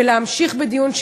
ולהמשיך בדיון,